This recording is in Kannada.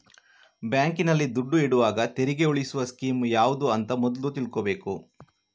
ಬ್ಯಾಂಕಿನಲ್ಲಿ ದುಡ್ಡು ಇಡುವಾಗ ತೆರಿಗೆ ಉಳಿಸುವ ಸ್ಕೀಮ್ ಯಾವ್ದು ಅಂತ ಮೊದ್ಲು ತಿಳ್ಕೊಬೇಕು